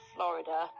Florida